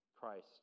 Christ